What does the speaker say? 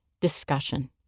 Discussion